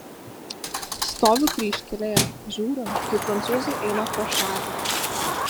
stoviu kryžkelėje žiūriu kaip prancūzai eina pro šalį